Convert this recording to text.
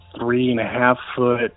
three-and-a-half-foot